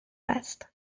است